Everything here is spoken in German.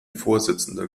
vorsitzender